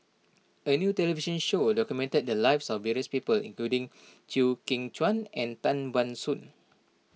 a new television show documented the lives of various people including Chew Kheng Chuan and Tan Ban Soon